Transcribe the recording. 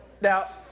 now